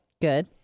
Good